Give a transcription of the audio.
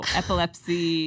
epilepsy